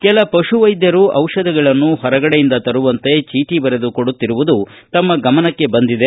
ಕೆಲ ಪಶುವೈದ್ಯರು ದಿಷಧಗಳನ್ನು ಹೊರಗಡೆಯಿಂದ ತರುವಂತೆ ಚೀಟಿ ಬರೆದು ಕೊಡುತ್ತಿರುವುದು ತಮ್ಮ ಗಮನಕ್ಕೆ ಬಂದಿದೆ